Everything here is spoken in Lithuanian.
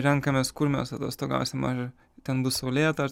renkamės kur mes atostogausim ar ten bus saulėta ar